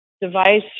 device